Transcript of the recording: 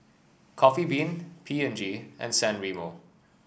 Coffee Bean P and G and San Remo